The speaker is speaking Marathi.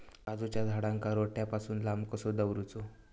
काजूच्या झाडांका रोट्या पासून लांब कसो दवरूचो?